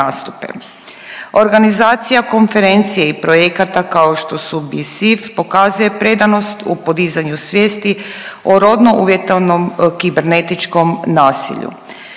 Organizacija konferencije i projekata kao što su …/Govornik se ne razumije./… pokazuje predanost u podizanju svijesti o rodno uvjetovanom kibernetičkom nasilju.